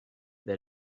that